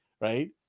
Right